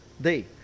day